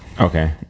Okay